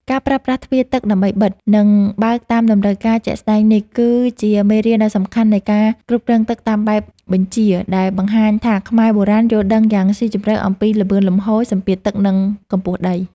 ការប្រើប្រាស់ទ្វារទឹកដើម្បីបិទ និងបើកតាមតម្រូវការជាក់ស្ដែងនេះ គឺជាមេរៀនដ៏សំខាន់នៃ ការគ្រប់គ្រងទឹកតាមបែបបញ្ជា ដែលបង្ហាញថាខ្មែរបុរាណយល់ដឹងយ៉ាងស៊ីជម្រៅអំពីល្បឿនលំហូរ សម្ពាធទឹក និងកម្ពស់ដី។